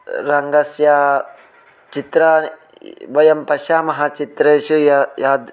रङ्गस्य चित्रं वयं पश्यामः चित्रेषु यानि यानि